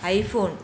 I phone